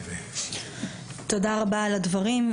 תודה רבה על הדברים.